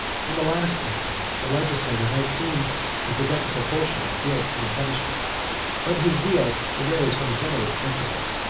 in the last instance, the legislator might seem to forget the proportion of guilt and punishment but his zeal arose from a generous principle,